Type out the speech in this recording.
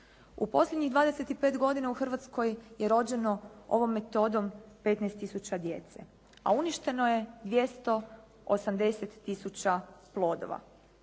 U posljednjih 25 godina u Hrvatskoj je rođeno ovom metodom 15 tisuća djece, a uništeno je 280 tisuća plodova.